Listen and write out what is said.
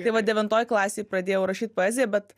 tai va devintoj klasėj pradėjau rašyt poeziją bet